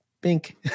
Pink